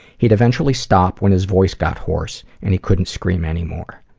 he'd eventually stop when his voice got hoarse and he couldn't scream anymore.